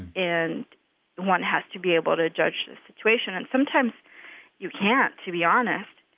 and one has to be able to judge the situation and sometimes you can't, to be honest.